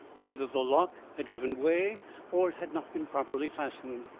either the lock had given way or it had not been properly fastened.